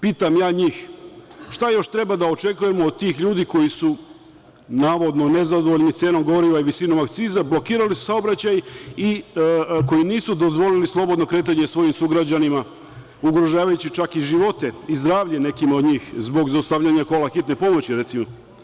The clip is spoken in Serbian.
Pitam ja njih šta još treba da očekujemo od tih ljudi koji su, navodno, nezadovoljni cenom goriva i visinom akciza, blokirali su saobraćaj i koji nisu dozvolili slobodno kretanje svojim sugrađanima, ugrožavajući čak i život i zdravlje nekima od njih, zbog zaustavljanja kola hitne pomoći, recimo?